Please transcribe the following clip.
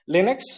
Linux